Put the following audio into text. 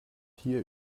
hier